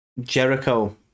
Jericho